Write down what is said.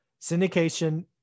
Syndication